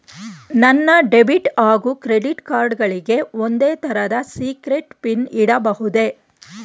ನನ್ನ ಡೆಬಿಟ್ ಹಾಗೂ credit card ಗಳಿಗೆ ಒಂದೇ ತರಹದ ಸೀಕ್ರೇಟ್ ಪಿನ್ ಇಡಬಹುದೇ?